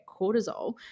cortisol